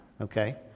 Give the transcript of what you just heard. okay